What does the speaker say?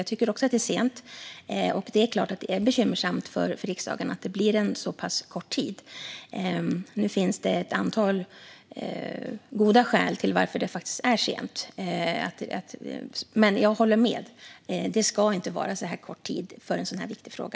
Jag tycker också att det är sent. Det är klart att det är bekymmersamt för riksdagen att det blir en så pass kort tid. Nu finns det ett antal goda skäl till att det är sent. Men jag håller med. Det ska inte vara så här kort tid för en så här viktig fråga.